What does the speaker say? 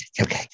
okay